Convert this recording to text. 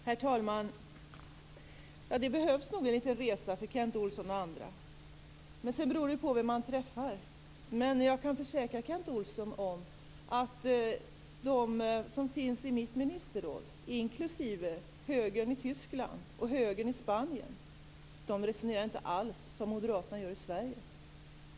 Herr talman! Det behövs nog en liten resa för Kent Olsson och andra. Sedan beror det förstås på vem man träffar. Jag kan försäkra Kent Olsson om att de som finns i mitt ministerråd, inklusive representanter för högern i Tyskland och högern i Spanien, resonerar inte alls som moderaterna i Sverige.